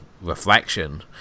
reflection